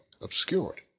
obscured